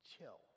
Chill